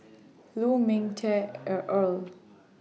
Lu Ming Teh L Earl